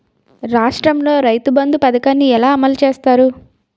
రాష్ట్రంలో రైతుబంధు పథకాన్ని ఎలా అమలు చేస్తారు?